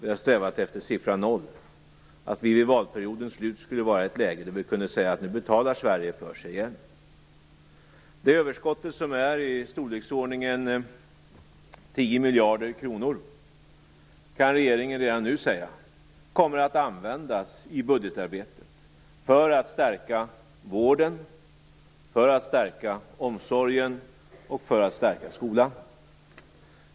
Vi har strävat efter siffran noll, efter att vi vid valperiodens slut skulle vara i ett läge där vi kunde säga att Sverige nu betalar för sig igen. Det överskottet, som är i storleksordningen 10 miljarder kronor, kommer - det kan regeringen redan nu säga - att användas i budgetarbetet för att stärka vården, för att stärka omsorgen och för att stärka skolan.